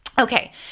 Okay